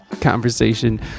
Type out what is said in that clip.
conversation